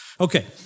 Okay